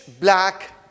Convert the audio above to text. black